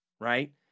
right